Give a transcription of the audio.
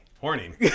Horning